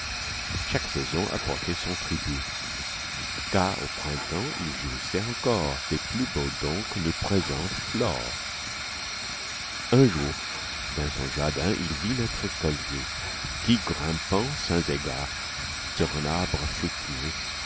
chaque saison apportait son tribut car au printemps il jouissait encore des plus beaux dons que nous présente flore un jour dans son jardin il vit notre écolier qui grimpant sans égard sur un arbre fruitier